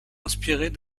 inspirés